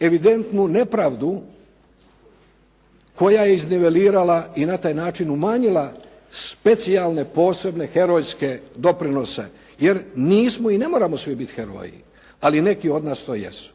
evidentnu nepravdu koja je iznivelirala i na taj način umanjila specijalne posebne herojske doprinose, jer nismo i ne moramo svi biti heroji. Ali neki od nas to jesu.